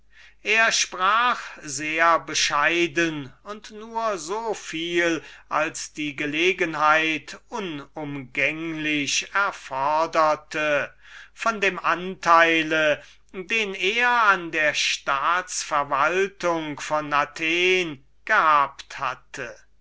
er sprach sehr bescheiden und nur so viel als die gelegenheit unumgänglich erfoderte von dem anteil den er an der staats-verwaltung von athen gehabt hatte